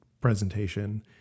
presentation